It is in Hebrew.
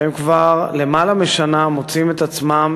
והם כבר למעלה משנה מוצאים את עצמם